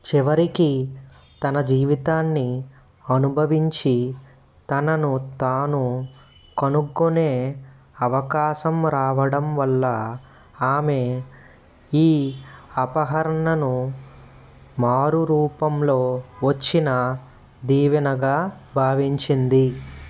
చివరికి తన జీవితాన్ని అనుభవించి తనను తాను కనుక్కునే అవకాశం రావడం వల్ల ఆమె ఈ అపహరణను మారు రూపంలో వచ్చిన దీవెనగా భావించింది